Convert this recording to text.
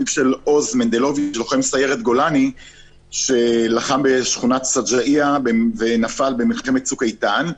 לוחם סיירת גולני שלחם בשכונת סג'עייה ונפל במלחמת "צוק איתן".